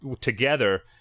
together